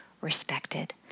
respected